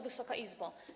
Wysoka Izbo!